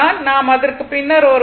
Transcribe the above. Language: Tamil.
நாம் அதற்கு பின்னர் வருவோம்